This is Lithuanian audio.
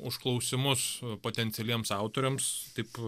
užklausimus potencialiems autoriams taip